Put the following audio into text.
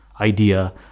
idea